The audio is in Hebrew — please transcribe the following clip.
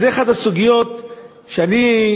זו אחת הסוגיות שאני,